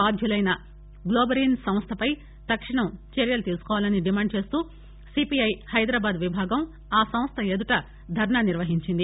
బాధ్యులైన Globarena సంస్లపై తక్షణం చర్య తీసుకోవాలని డిమాండు చేస్తూ సిపిఐ హైదరాబాద్ విభాగం ఆ సంస్థ ఎదుట ధర్నా నిర్వహించింది